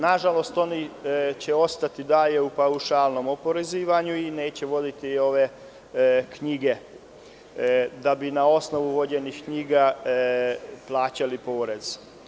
Nažalost, oni će ostati dalje u paušalnom oporezivanju i neće voditi ove knjige, da bi na osnovu vođenih knjiga plaćali porez.